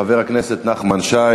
חבר הכנסת נחמן שי